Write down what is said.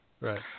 Right